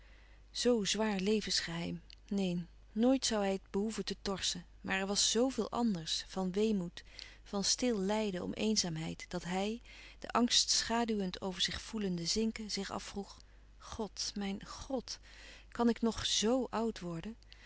zwaar levensgeheim neen nooit zoû hij het behoeven te torsen maar er was zoo veel louis couperus van oude menschen de dingen die voorbij gaan anders van weemoed van stil lijden om eenzaamheid dat hij den angst schaduwend over zich voelende zinken zich afvroeg god mijn god kan ik nog zo oud worden